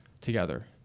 together